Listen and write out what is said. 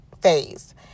phase